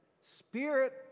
Spirit